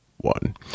one